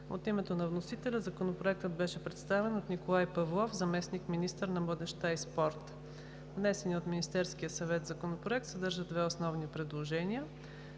От името на вносителя Законопроектът беше представен от Николай Павлов – заместник-министър на младежта и спорта. Внесеният от Министерския съвет законопроект съдържа две основни предложения.